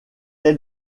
est